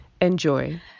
Enjoy